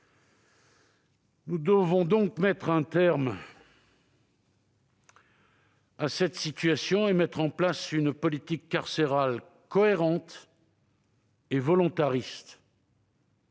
Nous devons mettre un terme à cette situation par une politique carcérale cohérente et volontariste.